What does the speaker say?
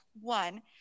one